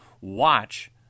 watch